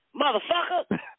motherfucker